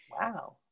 Wow